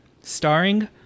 starring